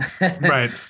Right